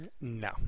no